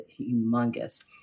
humongous